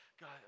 God